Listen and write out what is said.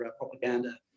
propaganda